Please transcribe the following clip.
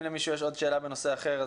אם למישהו יש עוד שאלה בנושא אחר,